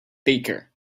faker